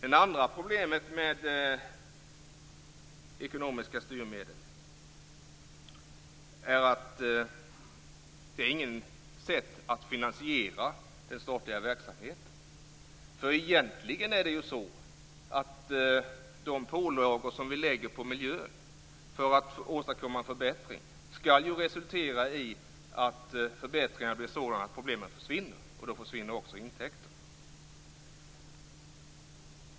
Ett annat problem med de ekonomiska styrmedlen är att det här inte är ett sätt att finansiera den statliga verksamheten. De pålagor som vi lägger på miljön för att åstadkomma en förbättring skall ju resultera i att förbättringen blir sådan att problemen försvinner. Därmed försvinner också intäkterna.